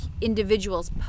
individuals